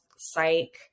psych